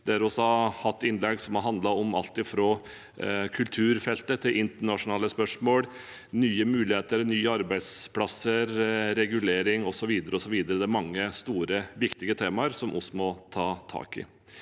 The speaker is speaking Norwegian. debatten vist, der innlegg har handlet om alt fra kulturfeltet til internasjonale spørsmål, nye muligheter, nye arbeidsplasser, regulering osv., osv. Det er mange store, viktige temaer som vi må ta tak i.